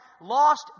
lost